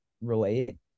relate